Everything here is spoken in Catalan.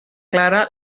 clara